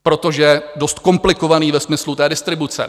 Protože je dost komplikovaný ve smyslu té distribuce.